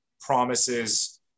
promises